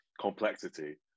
complexity